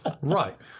Right